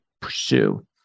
pursue